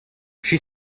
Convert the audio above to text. she